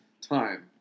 time